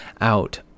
out